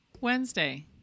Wednesday